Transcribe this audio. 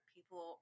People